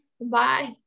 Bye